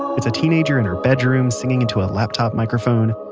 it's a teenager in her bedroom, singing into a laptop microphone.